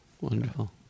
wonderful